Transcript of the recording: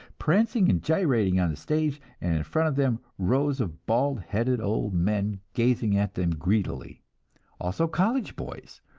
prancing and gyrating on the stage, and in front of them rows of bald-headed old men, gazing at them greedily also college boys,